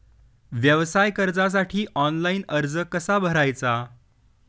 व्यवसाय कर्जासाठी ऑनलाइन अर्ज कसा भरायचा?